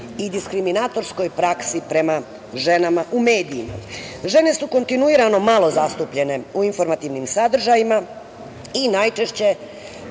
i diskriminatorskoj praksi prema ženama u medijima. Žene su kontinuirano malo zastupljene u informativnim sadržajima i najčešće